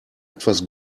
etwas